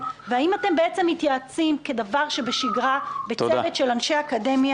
אתם תראו את החל"תים עוברים את המיליון בשבוע הבא כמו כלום.